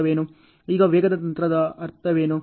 ಈಗ ವೇಗದ ತಂತ್ರದ ಅರ್ಥವೇನು